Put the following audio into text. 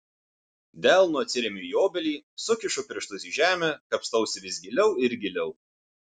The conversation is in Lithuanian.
delnu atsiremiu į obelį sukišu pirštus į žemę kapstausi vis giliau ir giliau